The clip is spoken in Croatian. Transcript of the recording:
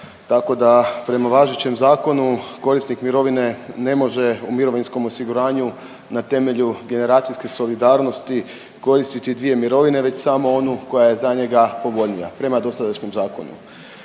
tako da prema važećem zakonu korisnik mirovine ne može u mirovinskom osiguranju na temelju generacijske solidarnosti koristiti dvije mirovine već samo onu koja je za njemu povoljnija, prema dosadašnjem zakonu.